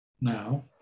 now